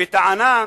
בטענה,